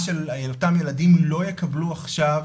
מה שאותם ילדים לא יקבלו עכשיו,